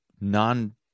non